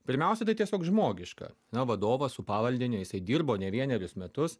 pirmiausia tai tiesiog žmogiška na vadovo su pavaldiniu jisai dirbo ne vienerius metus